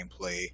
gameplay